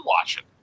watching